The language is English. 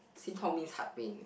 心痛 means heart pain